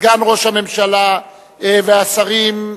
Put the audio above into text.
סגן ראש הממשלה והשרים,